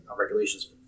regulations